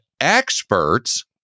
experts